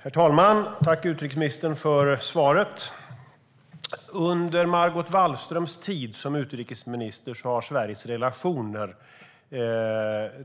Herr talman! Tack, utrikesministern, för svaret! Under Margot Wallströms tid som utrikesminister har Sveriges relationer